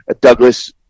douglas